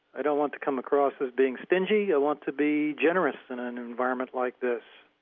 i don't want to come across as being stingy. i want to be generous in an environment like this.